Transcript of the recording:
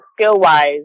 skill-wise